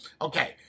Okay